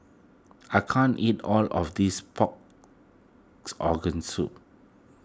I can't eat all of this Organ Soup